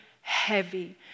heavy